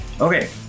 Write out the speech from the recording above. Okay